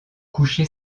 couché